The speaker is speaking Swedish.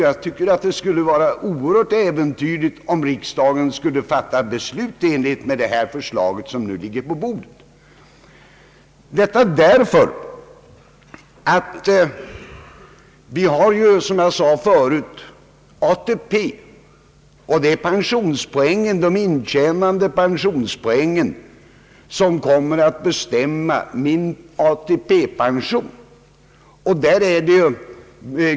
Jag anser att det skulle vara oerhört äventyrligt om riksdagen skulle fatta beslut i enlighet med det förslag som nu ligger på riksdagens bord, detta därför att vi, som jag sade förut, har ATP. Det är intjänade pensionspoäng som kommer att bestämma min ATP.